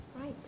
Right